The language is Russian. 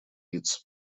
лиц